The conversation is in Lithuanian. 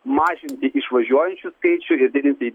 mažinti išvažiuojančių skaičių ir didinti